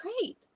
Great